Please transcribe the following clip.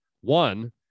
One